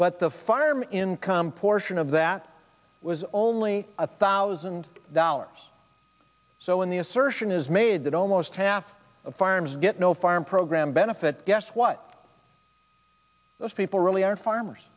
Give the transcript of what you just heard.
but the fireman income portion of that was only a thousand dollars so when the assertion is made that almost half of farms get no farm program benefit guess what those people really are farmers